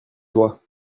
toi